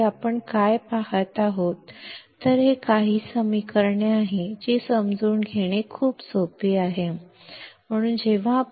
ನಾವು ಏನು ನೋಡುತ್ತಿದ್ದೇವೆ ಎಂದು ನೀವು ನಿಜವಾಗಿಯೂ ಯೋಚಿಸಿದರೆ ಇದು ಅರ್ಥಮಾಡಿಕೊಳ್ಳಲು ತುಂಬಾ ಸರಳವಾದ ಕೆಲವು ಸಮೀಕರಣಗಳು